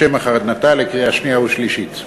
לשם הכנתה לקריאה שנייה ושלישית.